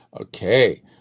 Okay